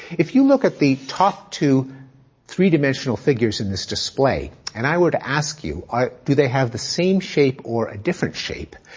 if you look at the top two three-dimensional figures in this display, and i would ask you, do they have the same shape or a different shape?